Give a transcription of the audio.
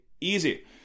easy